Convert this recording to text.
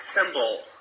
symbol